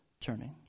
turning